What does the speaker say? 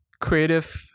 creative